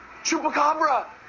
Chupacabra